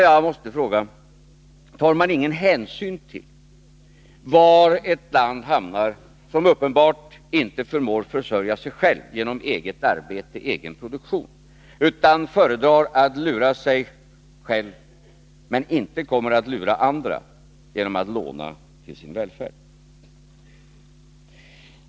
Jag måste fråga: Tar man inga hänsyn till var ett land hamnar, som uppenbart inte förmår försörja sig självt genom eget arbete och egen produktion utan föredrar att lura sig självt, men inte kommer att lura andra, genom att låna till sin välfärd?